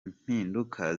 mpinduka